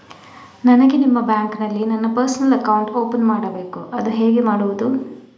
ನನಗೆ ನಿಮ್ಮ ಬ್ಯಾಂಕಿನಲ್ಲಿ ನನ್ನ ಪರ್ಸನಲ್ ಅಕೌಂಟ್ ಓಪನ್ ಮಾಡಬೇಕು ಅದು ಹೇಗೆ ಮಾಡುವುದು?